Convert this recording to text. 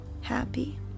happy